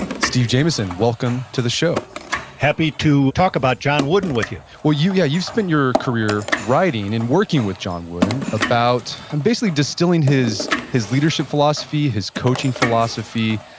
steve jamison, welcome to the show happy to talk about john wooden with you well, yeah you've spent your career writing and working with john wooden about basically distilling his his leadership philosophy, his coaching philosophy.